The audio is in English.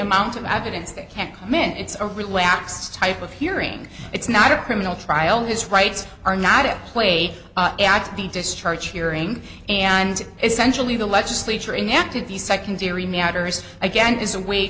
amount of evidence they can't comment it's a relaxed type of hearing it's not a criminal trial his rights are not at play the discharge hearing and essentially the legislature enacted the secondary matters again is a way